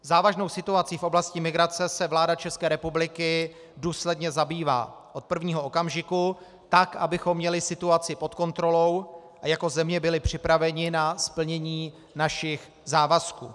Závažnou situací v oblasti migrace se vláda České republiky důsledně zabývá od prvního okamžiku tak, abychom měli situaci pod kontrolou a jako země byli připraveni na splnění našich závazků.